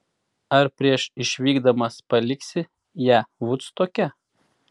ar prieš išvykdamas paliksi ją vudstoke